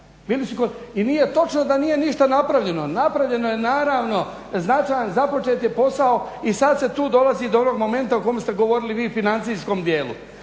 I nije točno da nije ništa napravljeno. Napravljeno je naravno, započet je posao i sad se tu dolazi do onog momenta o kome ste govorili vi financijskom dijelu.